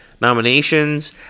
nominations